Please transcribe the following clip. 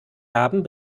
haben